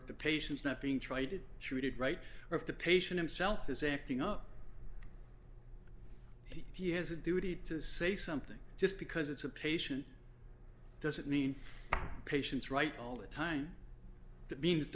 k the patients not being traded treated right or if the patient himself is acting up he has a duty to say something just because it's a patient doesn't mean patient's right all the time that means